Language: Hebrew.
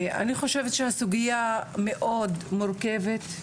אני חושבת שהסוגיה מאוד מורכבת,